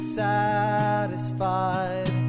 satisfied